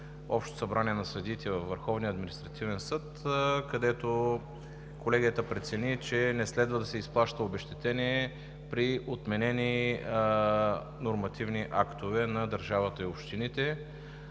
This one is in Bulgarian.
административен съд, където Колегията прецени, че не следва да се изплаща обезщетение при отменени нормативни актове на държавата и общините,